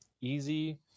easy